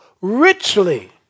Richly